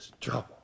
trouble